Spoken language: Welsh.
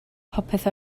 popeth